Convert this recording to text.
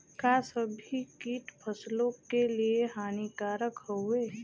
का सभी कीट फसलों के लिए हानिकारक हवें?